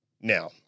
Now